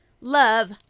Love